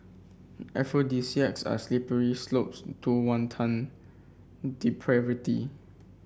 aphrodisiacs are slippery slopes to wanton depravity